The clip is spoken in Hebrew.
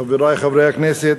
חברי חברי הכנסת,